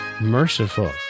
Merciful